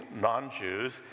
non-Jews